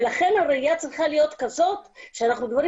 לכן הראייה צריכה להיות כזאת שאנחנו מדברים